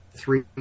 three